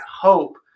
hope